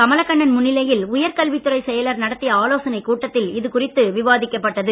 கமலக்கண்ணன் முன்னிலையில் உயர்கல்வித் துறை செயலர் நடத்திய கூட்டத்தில் இதகுறித்து விவாதிக்கப்பட்டது